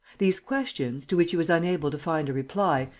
these questions, to which he was unable to find a reply,